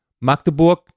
Magdeburg